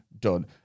done